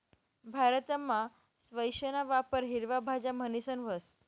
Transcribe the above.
भारतमा स्क्वैशना वापर हिरवा भाज्या म्हणीसन व्हस